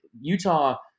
Utah